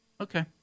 Okay